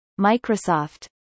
Microsoft